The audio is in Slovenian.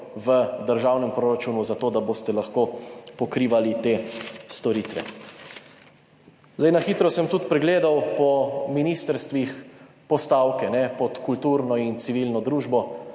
v državnem proračunu za to, da boste lahko pokrivali te storitve. Zdaj sem na hitro tudi pregledal po ministrstvih postavke, pod kulturno in civilno družbo,